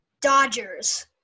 Dodgers